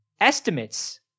estimates